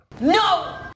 No